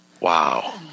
Wow